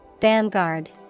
Vanguard